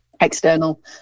external